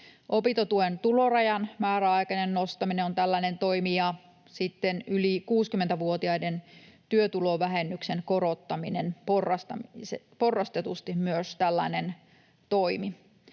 Opintotuen tulorajan määräaikainen nostaminen on tällainen toimi, ja sitten myös yli 60-vuotiaiden työtulovähennyksen korottaminen porrastetusti on tällainen toimi.